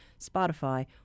Spotify